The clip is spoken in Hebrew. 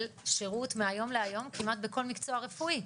שירות מהיום להיום כמעט בכל מקצוע רפואי,